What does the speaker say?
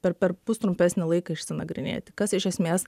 per perpus trumpesnį laiką išsinagrinėti kas iš esmės